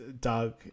Doug